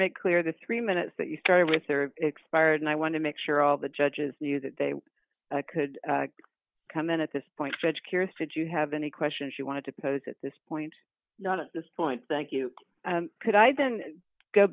make clear the three minutes that you started with expired and i want to make sure all the judges knew that they could come in at this point stretch curious did you have any questions you wanted to pose at this point not at this point thank you could i then go